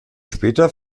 später